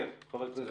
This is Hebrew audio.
כן, ח"כ פינדרוס.